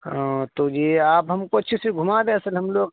ہاں تو یہ آپ ہم کوچھ پھر گھما دے سل ہم لوگ